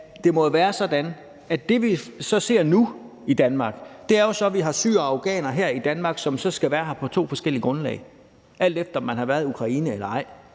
jo må være sådan, at det, vi ser nu i Danmark, er, at vi har syrere og afghanere her i Danmark, som skal være her på to forskellige grundlag, alt efter om de har været i Ukraine eller ej.